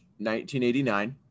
1989